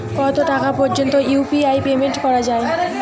কত টাকা পর্যন্ত ইউ.পি.আই পেমেন্ট করা যায়?